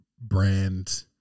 brand